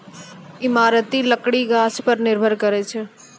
इमारती लकड़ी गाछ पर निर्भर करै छै